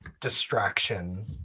distraction